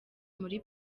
muri